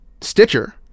stitcher